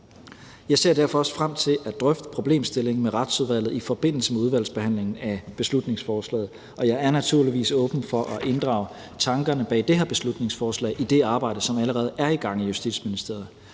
Jeg ser derfor også frem til at drøfte problemstillingen med Retsudvalget i forbindelse med udvalgsbehandlingen af beslutningsforslaget, og jeg er naturligvis åben over for at inddrage tankerne bag det her beslutningsforslag i det arbejde, som allerede er i gang i Justitsministeriet.